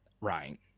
Right